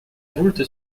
voulte